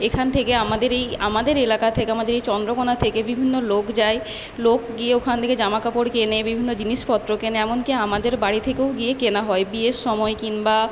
এখান থেকে আমাদের এই আমাদের এলাকা থেকে আমাদের এই চন্দ্রকোনা থেকে বিভিন্ন লোক যায় লোক গিয়ে ওখান থেকে জামা কাপড় কেনে বিভিন্ন জিনিসপত্র কেনে এমনকি আমাদের বাড়ি থেকেও গিয়ে কেনা হয় বিয়ের সময় কিংবা